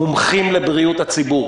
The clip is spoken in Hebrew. מומחים לבריאות הציבור.